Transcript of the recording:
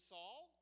Saul